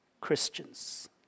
Christians